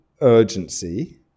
urgency